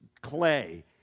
clay